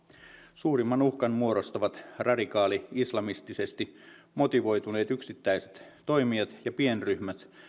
suurimman uhkan muodostavat radikaalit islamistisesti motivoituneet yksittäiset toimijat ja pienryhmät